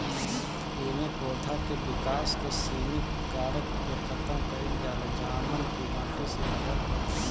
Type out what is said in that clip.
एमे पौधा के विकास के सिमित कारक के खतम कईल जाला जवन की माटी से जुड़ल होखेला